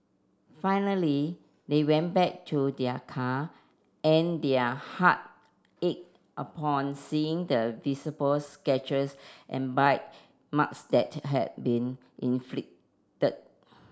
finally they went back to their car and their heart ached upon seeing the visible scratches and bite marks that had been inflicted